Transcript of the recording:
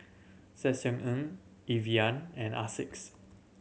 Ssangyong Evian and Asics